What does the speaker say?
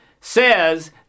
says